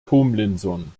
tomlinson